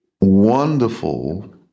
wonderful